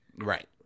Right